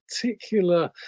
particular